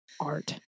art